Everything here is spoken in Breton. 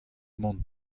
mont